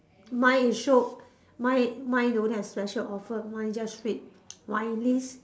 mine is show mine mine don't have special offer mine just read wine list